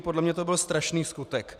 Podle mě to byl strašný skutek.